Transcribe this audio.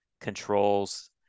controls